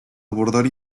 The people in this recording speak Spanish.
abordar